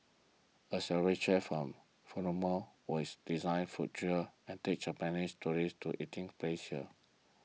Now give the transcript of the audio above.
a celebrity chef from always design food trail and take Japanese tourists to eating places